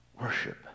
worship